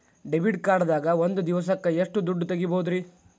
Debit card ದಾಗ ಒಂದ್ ದಿವಸಕ್ಕ ಎಷ್ಟು ದುಡ್ಡ ತೆಗಿಬಹುದ್ರಿ?